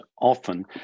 often